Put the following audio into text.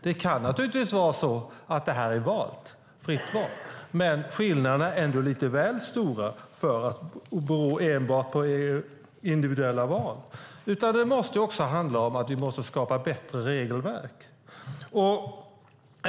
Det kan naturligtvis vara ett fritt val, men skillnaderna är ändå lite väl stora för att bero enbart på individuella val. Det måste också handla om att vi måste skapa bättre regelverk.